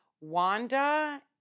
Wanda